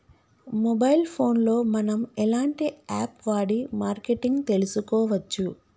Mobile phone లో మనం ఎలాంటి యాప్ వాడి మార్కెటింగ్ తెలుసుకోవచ్చు?